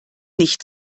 nicht